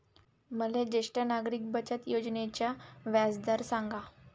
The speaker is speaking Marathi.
मले ज्येष्ठ नागरिक बचत योजनेचा व्याजदर सांगा